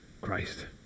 christ